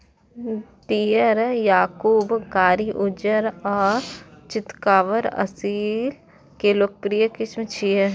पीयर, याकूब, कारी, उज्जर आ चितकाबर असील के लोकप्रिय किस्म छियै